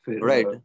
Right